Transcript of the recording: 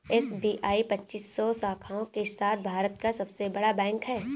SBI पच्चीस सौ शाखाओं के साथ भारत का सबसे बड़ा बैंक है